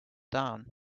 down